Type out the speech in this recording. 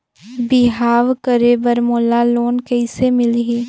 बिहाव करे बर मोला लोन कइसे मिलही?